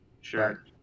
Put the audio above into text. Sure